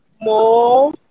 more